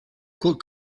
caught